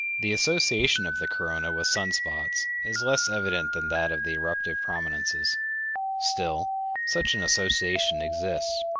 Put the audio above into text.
the association of the corona with sun-spots is less evident than that of the eruptive prominences still such an association exists,